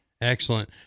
Excellent